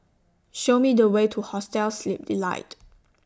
Show Me The Way to Hostel Sleep Delight